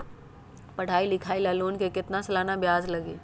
पढाई लिखाई ला लोन के कितना सालाना ब्याज लगी?